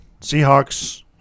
Seahawks